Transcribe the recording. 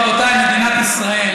טוב, רבותיי, מדינת ישראל